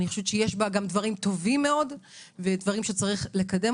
אני חושבת שיש בה גם דברים טובים מאוד ודברים שצריך לקדם